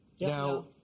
Now